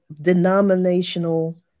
denominational